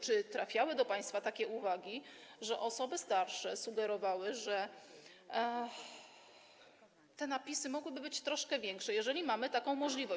Czy trafiały do państwa takie uwagi, czy osoby starsze sugerowały, że te napisy mogłyby być troszkę większe, jeżeli mamy taką możliwość?